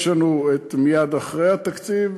יש לנו מייד אחרי התקציב,